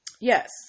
Yes